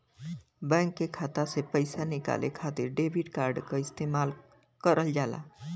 bank के खाता से पइसा निकाले खातिर डेबिट कार्ड क इस्तेमाल करल जाला